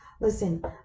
listen